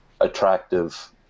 attractive